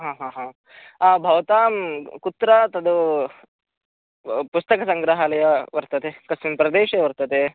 हा हा हा भवतां कुत्र तद् ब् पुस्तकसङ्ग्रहालयः वर्तते कस्मिन् प्रदेशे वर्तते